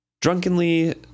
Drunkenly